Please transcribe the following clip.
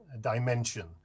dimension